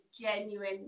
genuine